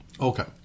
Okay